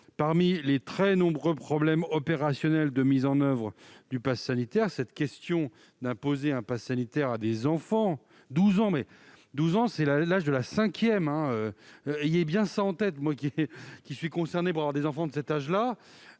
Parmi les très nombreux problèmes opérationnels de mise en oeuvre du passe sanitaire figure le choix d'imposer un passe sanitaire à des enfants : 12 ans, c'est l'âge de la cinquième, ayez bien cela en tête ! Je suis personnellement concerné, pour avoir des enfants de cet âge-là.